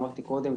אמרתי קודם,